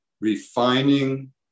refining